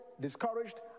discouraged